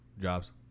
Jobs